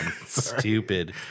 Stupid